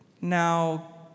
now